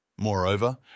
Moreover